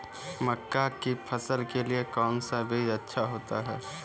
मक्का की फसल के लिए कौन सा बीज अच्छा होता है?